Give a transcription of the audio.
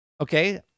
okay